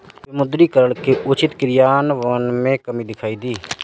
विमुद्रीकरण के उचित क्रियान्वयन में कमी दिखाई दी